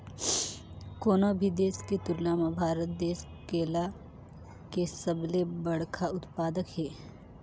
कोनो भी देश के तुलना म भारत देश केला के सबले बड़खा उत्पादक हे